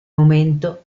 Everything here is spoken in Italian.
momento